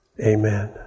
amen